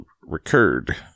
recurred